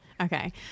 Okay